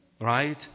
right